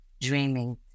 dreaming